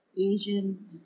Asian